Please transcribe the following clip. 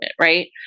right